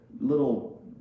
little